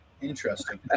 interesting